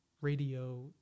radio